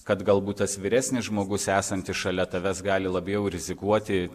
kad galbūt tas vyresnis žmogus esantis šalia tavęs gali labiau rizikuoti